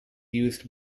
used